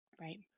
Right